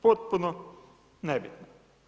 Potpuno nebitno.